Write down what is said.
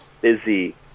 busy